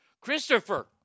Christopher